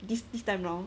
this this time round